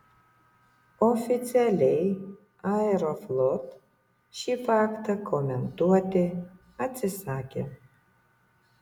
oficialiai aeroflot šį faktą komentuoti atsisakė